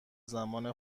زمان